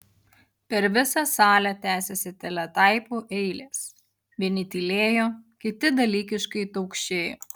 per visą salę tęsėsi teletaipų eilės vieni tylėjo kiti dalykiškai taukšėjo